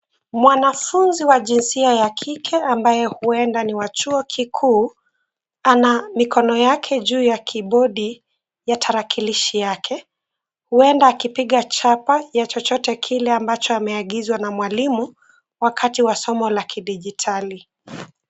Mwanafunzi wa jinsia ya kike ambaye huenda ni a chuo kikuu ana mikono yake juu ya kibodi ya tarakilishi yake. Huenda akipiga chapa ya chochote kile ambacho ameagizwa na mwalimu wakati wa somo la kidijitali.